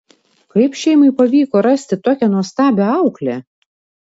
kaip šeimai pavyko rasti tokią nuostabią auklę